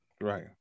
Right